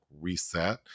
reset